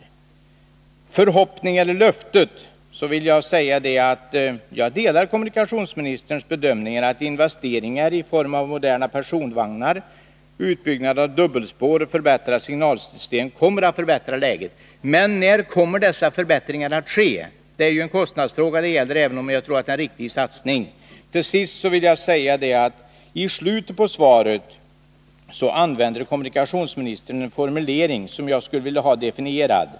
Vad angår förhoppningen eller löftet vill jag säga att jag delar kommunikationsministerns bedömningar att investeringar i form av moderna personvagnar, utbyggnad av dubbelspår och förbättrat signalsystem kommer att förbättra läget. Men när kommer dessa förbättringar att ske? Det är ju en kostnadsfråga. Jag tror samtidigt att det här gäller en riktig satsning. Till sist vill jag säga att kommunikationsministern i slutet på svaret använder en formulering som jag skulle vilja ha närmare definierad.